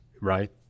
right